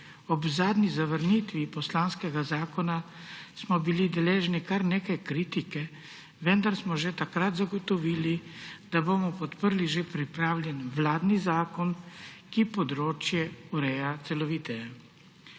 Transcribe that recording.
Ob zadnji zavrnitvi poslanskega zakona smo bili deležni kar nekaj kritike, vendar smo že takrat zagotovili, da bomo podprli že pripravljen vladni zakon, ki področje ureja celoviteje.